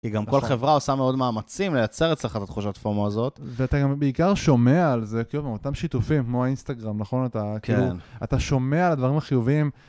כי גם כל חברה עושה מאוד מאמצים לייצר אצלך את התחושת פומו הזאת. ואתה גם בעיקר שומע על זה, כאילו באותם שיתופים, כמו האינסטגרם, נכון? כן, אתה שומע על הדברים החיובים.